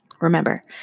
Remember